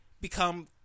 become